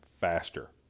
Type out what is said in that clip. faster